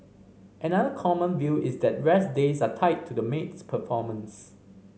another common view is that rest days are tied to the maid's performance